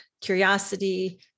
curiosity